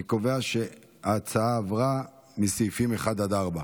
אני קובע שסעיפים 1 עד 4 עברו.